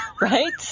right